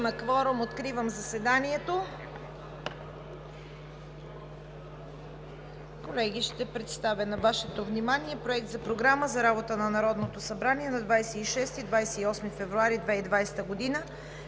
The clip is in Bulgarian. (Звъни.) Откривам заседанието. Колеги, ще представя на Вашето внимание Проект за Програма за работата на Народното събрание за 26 – 28 февруари 2020 г.